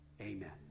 Amen